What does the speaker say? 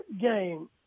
game